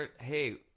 Hey